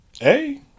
Hey